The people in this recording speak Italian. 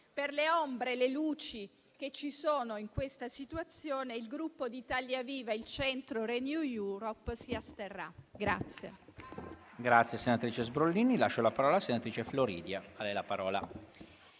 per le ombre e le luci che ci sono in questa situazione, il Gruppo Italia Viva, il Centro-Renew Europe, darà voto